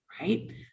right